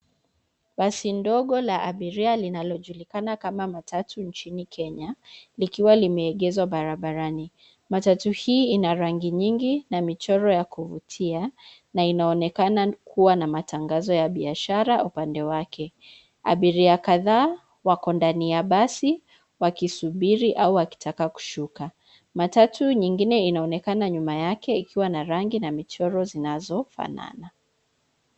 Basi ndogo la abiria linalojulikana kama matatu nchini Kenya likiwa limeegezwa barabarani. Matatu hii ina rangi nyingi na michoro ya kuvutia na inaonekana kuwa na matangazo ya biashara upande wake. Abiria kadhaa wako ndani ya basi wakisubiri au wakitaka kushuka. Matatu nyingine inaonekana nyuma yake ikiwa na rangi na michoro zinazofanana.